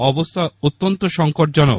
অবস্হা অত্যন্ত সংকটজনক